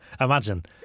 imagine